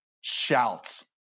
shouts